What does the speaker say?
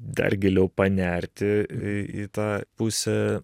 dar giliau panerti į tą pusę